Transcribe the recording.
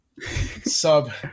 sub